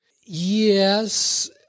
Yes